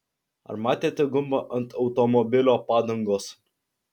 ar matėte gumbą ant automobilio padangos